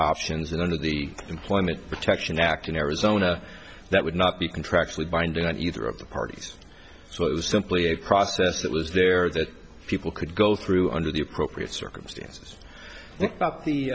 options and under the employment protection act in arizona that would not be contractually binding on either of the parties so it was simply a process that was there that people could go through under the appropriate circumstances a